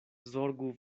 zorgu